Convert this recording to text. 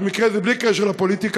במקרה זה בלי קשר לפוליטיקה,